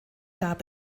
gab